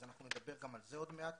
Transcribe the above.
אז נדבר גם על זה עוד מעט.